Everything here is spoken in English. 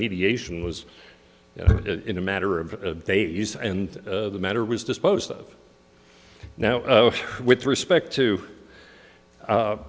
mediation was in a matter of days and the matter was disposed of now with respect to